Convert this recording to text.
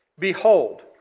Behold